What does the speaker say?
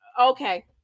okay